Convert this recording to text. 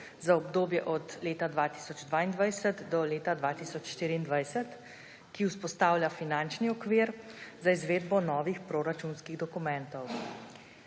za obdobje od leta 2022 do leta 2024, ki vzpostavlja finančni okvir za izvedbo novih proračunskih dokumentov.